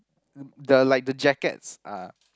the like the jackets are